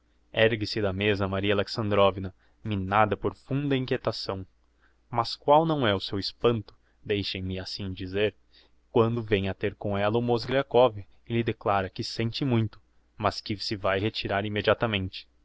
ergue-se da mêsa maria alexandrovna minada por funda inquietação mas qual não é o seu espanto deixem-me assim dizer quando vem ter com ella o mozgliakov e lhe declara que sente muito mas que se vae retirar immediatamente